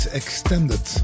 extended